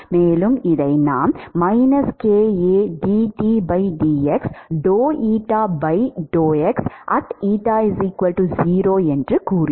மேலும் இதை நாம் என்று கூறுகிறோம்